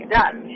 done